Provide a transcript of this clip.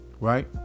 right